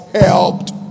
helped